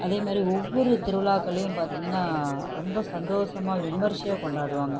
அதேமாதிரி ஒவ்வொரு திருவிழாகள்லேயும் பார்த்தீங்கன்னா ரொம்ப சந்தோசமாக விமர்சையாக கொண்டாடுவாங்க